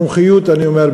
מומחיות אני אומר,